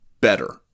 better